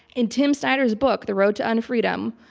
in tim snyder's book, the road to unfreedom,